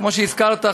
כמו שהזכרת,